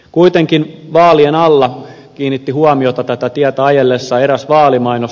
kuitenkin vaalien alla kiinnitti huomiota tätä tietä ajellessa eräs vaalimainos